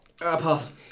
pass